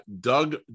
Doug